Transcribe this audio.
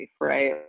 right